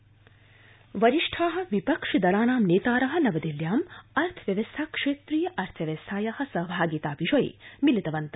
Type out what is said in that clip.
विपक्षोपवेशनम् वरिष्ठा विपक्षि दलानां नेतार नवदिल्ल्यां अर्थव्यवस्था क्षेत्रीय अर्थव्यवस्थाया सहभागिता विषये मिलितवन्त